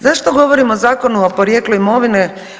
Zašto govorim o Zakonu o porijeklu imovine?